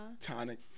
tonic